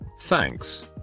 Thanks